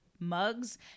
mugs